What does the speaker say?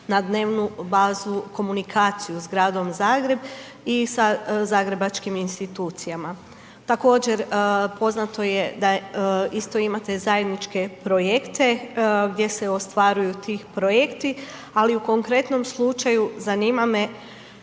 na dnevnu bazu komunikaciju s Gradom Zagreb i sa zagrebačkim institucijama. Također poznato je da isto imate zajedničke projekte gdje se ostvaruju ti projekti, ali u konkretnom slučaju zanima me